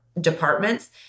departments